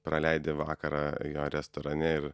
praleidi vakarą jo restorane ir